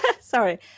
Sorry